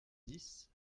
dix